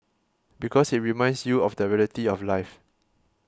because it reminds you of the reality of life